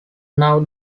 now